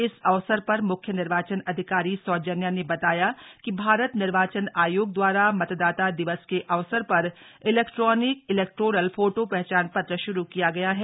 इस अवसर पर मुख्य निर्वाचन अधिकारी सौजन्या ने बताया कि भारत निर्वाचन आयोग द्वारा मतदाता दिवस के अवसर पर इलैक्ट्रॉनिक इलैक्टोरल फोटो पहचान पत्र शुरू किया गया है